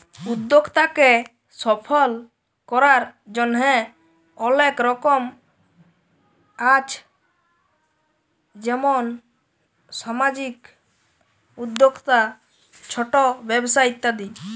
উদ্যক্তাকে সফল করার জন্হে অলেক রকম আছ যেমন সামাজিক উদ্যক্তা, ছট ব্যবসা ইত্যাদি